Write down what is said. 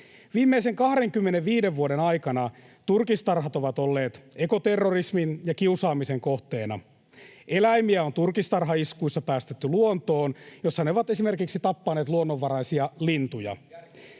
Viimeisen 25 vuoden aikana turkistarhat ovat olleet ekoterrorismin ja kiusaamisen kohteina. Eläimiä on turkistarhaiskuissa päästetty luontoon, jossa ne ovat esimerkiksi tappaneet luonnonvaraisia lintuja.